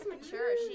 mature